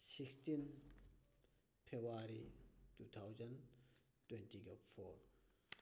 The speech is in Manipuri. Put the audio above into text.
ꯁꯤꯛꯁꯇꯤꯟ ꯐꯦꯕꯋꯥꯔꯤ ꯇꯨ ꯊꯥꯎꯖꯟ ꯇ꯭ꯋꯦꯟꯇꯤꯒ ꯐꯣꯔ